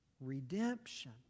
redemption